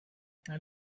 and